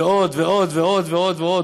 ועוד, ועוד, ועוד, ועוד, ועוד.